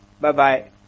Bye-bye